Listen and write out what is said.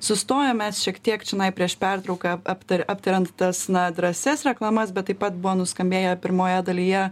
sustojom mes šiek tiek čionai prieš pertrauką apta aptariant tas drąsias reklamas bet taip pat buvo nuskambėję pirmoje dalyje